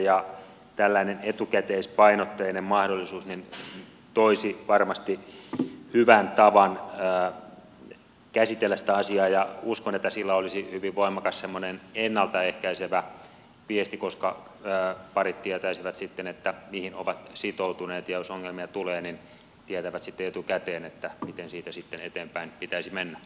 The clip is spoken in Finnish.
tällainen etukäteispainotteinen mahdollisuus toisi varmasti hyvän tavan käsitellä sitä asiaa ja uskon että sillä olisi hyvin voimakas ennalta ehkäisevä viesti koska parit tietäisivät mihin ovat sitoutuneet ja jos ongelmia tulee niin tietävät etukäteen miten siitä sitten eteenpäin pitäisi mennä